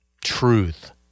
truth